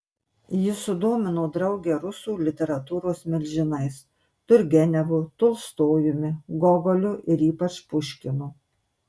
ji sudomino draugę rusų literatūros milžinais turgenevu tolstojumi gogoliu ir ypač puškinu